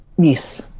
Yes